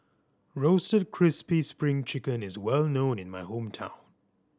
Roasted Crispy Spring Chicken is well known in my hometown